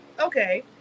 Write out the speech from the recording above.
Okay